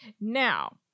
Now